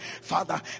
Father